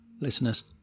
Listeners